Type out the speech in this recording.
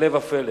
הפלא ופלא,